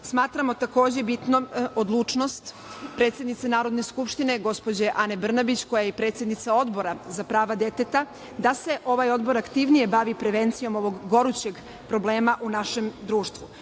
takođe bitnom odlučnost, predsednice Narodne Skupštine, gospođe Ane Brnabić, koja je i predsednica Odbora za prava deteta, da se ovaj odbor aktivnije bavi prevencijom gorućeg problema u našem